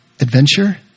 Adventure